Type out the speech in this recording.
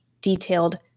detailed